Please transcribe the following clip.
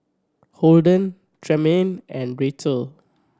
Holden Tremayne and Racquel